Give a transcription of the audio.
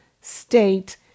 state